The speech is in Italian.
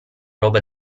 roba